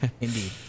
Indeed